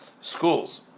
schools